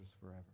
forever